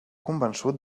convençut